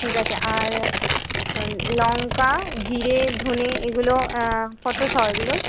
ঠিক আছে আর লঙ্কা জিরে ধনে এগুলো কত শ এগুলোর